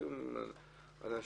אני